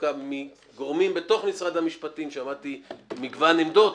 דווקא מגורמים בתוך משרד המשפטים שמעתי מגוון עמדות,